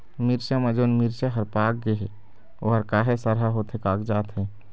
मिरचा म जोन मिरचा हर पाक गे हे ओहर काहे सरहा होथे कागजात हे?